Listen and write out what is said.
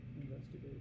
Investigate